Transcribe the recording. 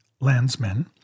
landsmen